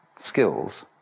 skills